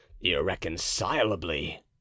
irreconcilably